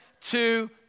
two